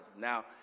Now